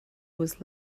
was